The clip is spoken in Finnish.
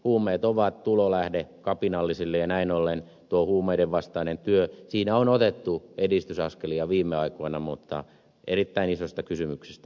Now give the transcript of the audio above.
huumeet ovat tulonlähde kapinallisille ja näin ollen tuossa huumeiden vastaisessa työssä on otettu edistysaskelia viime aikoina mutta erittäin isosta asiasta on kysymys